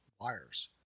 wires